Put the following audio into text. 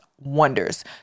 wonders